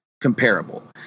comparable